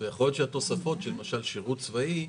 ויכול להיות שהתוספות של שירות צבאי,